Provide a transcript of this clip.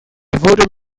voter